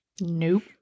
nope